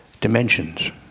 dimensions